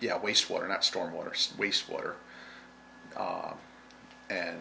yeah waste water not storm water so waste water and